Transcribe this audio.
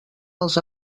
als